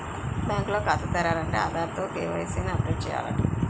bank లో ఖాతా తెరాలంటే ఆధార్ తో కే.వై.సి ని అప్ డేట్ చేయించాల